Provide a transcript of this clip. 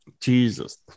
Jesus